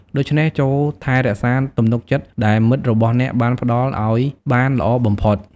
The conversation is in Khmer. ដូច្នេះ ចូរថែរក្សាទំនុកចិត្តដែលមិត្តរបស់អ្នកបានផ្តល់ឱ្យបានល្អបំផុត។